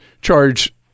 charge